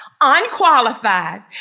unqualified